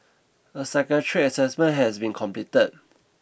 a psychiatric assessment has been completed